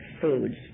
foods